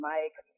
Mike